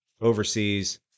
overseas